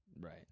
Right